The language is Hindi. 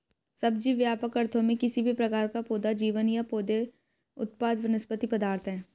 सब्जी, व्यापक अर्थों में, किसी भी प्रकार का पौधा जीवन या पौधे उत्पाद वनस्पति पदार्थ है